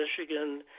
Michigan